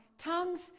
Tongues